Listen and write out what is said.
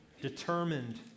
determined